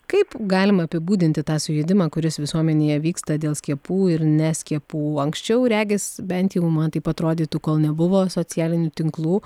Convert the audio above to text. kaip galima apibūdinti tą sujudimą kuris visuomenėje vyksta dėl skiepų ir neskiepų kuo anksčiau regis bent jau man taip atrodytų kol nebuvo socialinių tinklų